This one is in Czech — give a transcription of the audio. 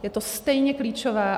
Je to stejně klíčové.